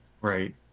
Right